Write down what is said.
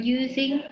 using